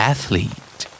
Athlete